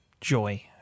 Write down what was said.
joy